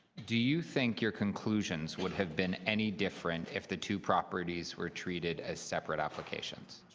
do you think your conclusions would have been any different if the two properties were treated as separate applications?